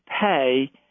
pay